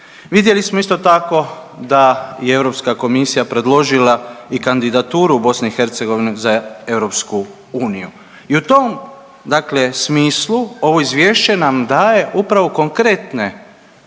Vidjeli smo isto tako da je Europska komisija predložila i kandidaturu BiH za EU. I u tom smislu ovo izvješće nam daje upravo konkretne